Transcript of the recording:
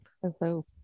Hello